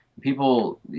People